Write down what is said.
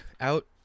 out